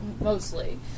mostly